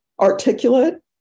articulate